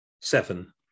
seven